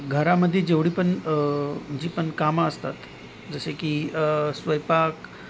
घरामध्ये जेवढी पण जी पण कामं असतात जसे की स्वयंपाक